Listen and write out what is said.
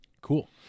cool